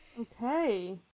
Okay